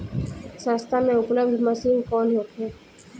सस्ता में उपलब्ध मशीन कौन होखे?